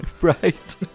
Right